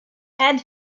had